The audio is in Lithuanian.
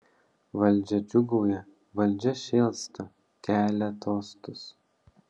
valdžia džiūgauja valdžia šėlsta kelia tostus